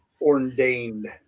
ordained